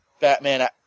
Batman